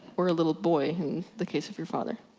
or a little boy, in the case of your father.